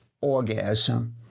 orgasm